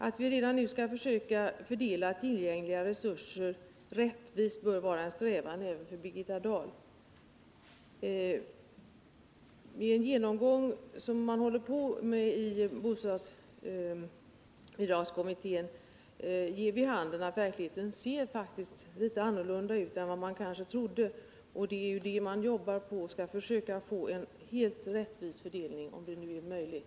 Att vi redan nu skall försöka fördela tillgängliga resurser rättvist bör vara en strävan även för Birgitta Dahl. Den genomgång man håller på med i bostadsbidragskommittén ger vid handen att verkligheten faktiskt ser litet annorlunda ut än man kanske trodde. Och nu jobbar man med att försöka få en helt rättvis fördelning — om det är möjligt.